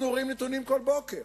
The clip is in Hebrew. אנחנו רואים נתונים כל בוקר.